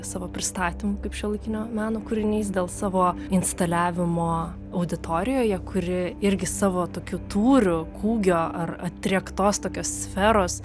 savo pristatymu kaip šiuolaikinio meno kūrinys dėl savo instaliavimo auditorijoje kuri irgi savo tokiu tūriu kūgio ar atriektos tokios sferos